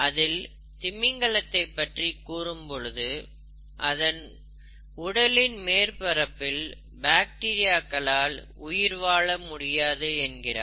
அதில் திமிங்கலத்தை பற்றி கூறும் பொழுது அதன் உடலின் மேற்பரப்பில் பாக்டீரியாக்களால் உயிர்வாழ முடியாது என்கிறார்